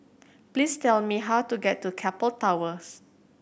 please tell me how to get to Keppel Towers